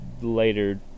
later